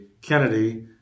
Kennedy